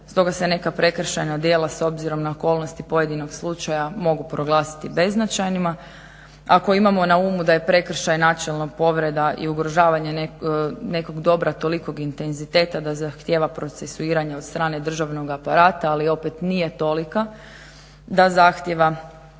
stoga se neka prekršajna djela s obzirom na okolnosti pojedinog slučaja mogu proglasiti beznačajnima. Ako imamo na umu da je prekršaj načelno povreda i ugrožavanje nekog dobra tolikog intenziteta da zahtjeva procesuiranje od strane državnog aparata, ali opet nije tolika da zahtjeva da bismo je